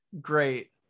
great